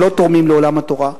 אלו שלא תורמים לעולם התורה,